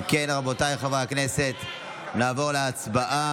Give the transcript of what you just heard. אם כן, רבותיי חברי הכנסת, נעבור להצבעה.